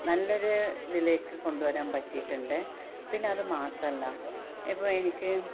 നല്ലൊരു ഇതിലേക്ക് കൊണ്ടുവരാൻ പറ്റിയിട്ടുണ്ട് പിന്നെ അത് മാത്രമല്ല ഇപ്പോള് എനിക്ക്